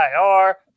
IR